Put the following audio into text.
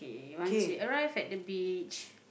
k once we arrive at the beach